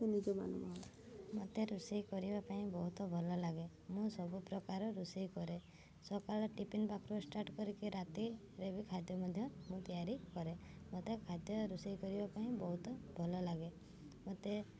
ନିଜ ମାନ ମୋତେ ରୋଷେଇ କରିବା ପାଇଁ ବହୁତ ଭଲ ଲାଗେ ମୁଁ ସବୁପ୍ରକାର ରୋଷେଇ କରେ ସକାଳ ଟିଫିନ୍ ପାଖରୁ ଷ୍ଟାର୍ଟ କରିକି ରାତିରେ ବି ଖାଦ୍ୟ ମଧ୍ୟ ମୁଁ ତିଆରି କରେ ମୋତେ ଖାଦ୍ୟ ରୋଷେଇ କରିବା ପାଇଁ ବହୁତ ଭଲ ଲାଗେ ମୋତେ